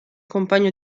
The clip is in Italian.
compagno